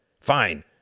Fine